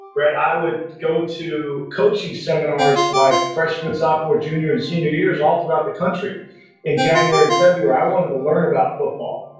brett, i would go to coaching seminars my freshman, sophomore, junior, and senior years all throughout the country in january and february. i wanted to learn about football.